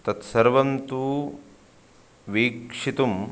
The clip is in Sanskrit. तत्सर्वन्तु वीक्षितुं